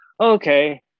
Okay